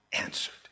answered